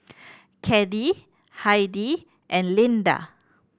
Caddie Heidi and Lynda